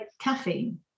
caffeine